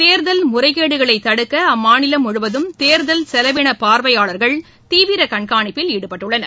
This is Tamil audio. தேர்தல் முறைகேடுகளை தடுக்க அம்மாநிலம் முழுவதும் தேர்தல் செலவின பார்வையாளர்கள் தீவிர கண்காணிப்பில் ஈடுபட்டுள்ளனர்